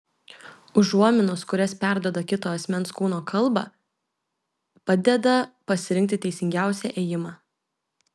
užuominos kurias perduoda kito asmens kūno kalba padeda pasirinkti teisingiausią ėjimą